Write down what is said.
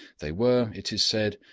they were, it is said,